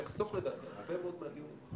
שתחסוף הרבה מאוד מהדיונים.